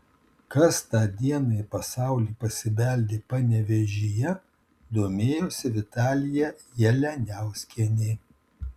kas tą dieną į pasaulį pasibeldė panevėžyje domėjosi vitalija jalianiauskienė